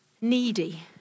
needy